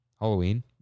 Halloween